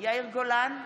יאיר גולן,